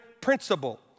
principle